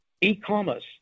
e-commerce